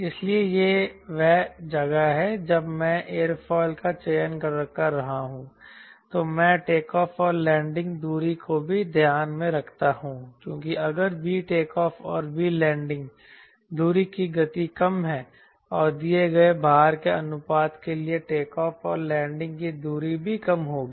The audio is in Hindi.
इसलिए यह वह जगह है जब मैं एक एयरफॉइल का चयन कर रहा हूं तो मैं टेकऑफ़ और लैंडिंग दूरी को भी ध्यान में रखता हूं क्योंकि अगर V टेकऑफ़ और V लैंडिंग दूरी की गति कम है और दिए गए भार के अनुपात के लिए टेकऑफ़ और लैंडिंग की दूरी भी कम होगी